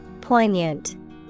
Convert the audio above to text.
Poignant